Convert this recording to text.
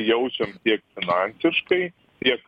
jaučiam tiek finansiškai tiek